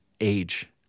age